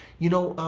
you know,